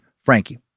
Frankie